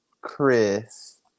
Chris